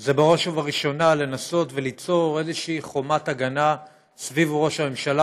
זה בראש ובראשונה לנסות וליצור איזושהי חומת הגנה סביב ראש הממשלה,